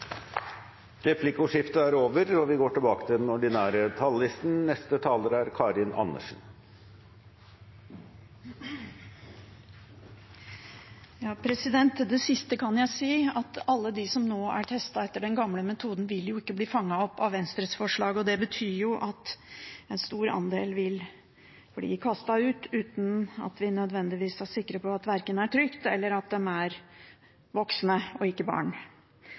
er replikkordskiftet over. Til det siste kan jeg si at alle de som nå er testet etter den gamle metoden, ikke vil bli fanget opp av Venstres forslag. Det betyr at en stor andel vil bli kastet ut, uten at vi nødvendigvis er sikre på verken at det er trygt, eller at de er voksne og ikke barn.